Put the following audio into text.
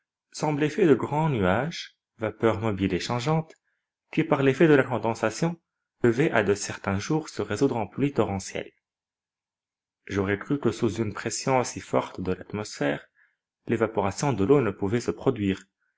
semblait fait de grands nuages vapeurs mobiles et changeantes qui par l'effet de la condensation devaient à de certains jours se résoudre en pluies torrentielles j'aurais cru que sous une pression aussi forte de l'atmosphère l'évaporation de l'eau ne pouvait se produire